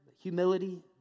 Humility